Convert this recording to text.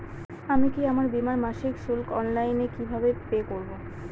আমি কি আমার বীমার মাসিক শুল্ক অনলাইনে কিভাবে পে করব?